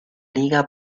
liga